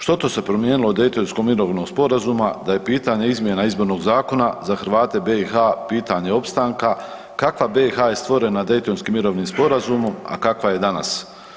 Što se to promijenilo od Daytonskom mirovnog sporazuma da je pitanje izmjena Izbornog zakona za Hrvate BiH-a pitanje opstanka, kakav BiH-a je stvorena Daytonskim mirovnim sporazumom a kakva je danas?